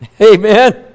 Amen